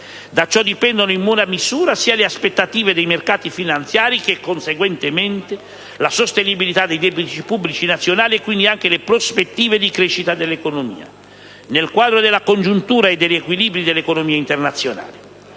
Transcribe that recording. Da ciò dipendono, in buona misura, sia le aspettative dei mercati finanziari, che conseguentemente la sostenibilità dei debiti pubblici nazionali e quindi anche le prospettive di crescita dell'economia nel quadro della congiuntura e degli equilibri dell'economia internazionale.